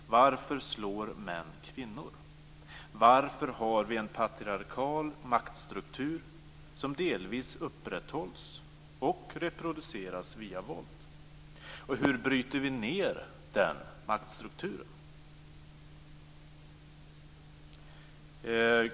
Varför slår män kvinnor? Varför har vi en patriarkal maktstruktur som delvis upprätthålls och reproduceras via våld? Och hur bryter vi ned den maktstrukturen?